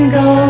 go